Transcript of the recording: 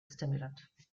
stimulant